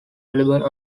available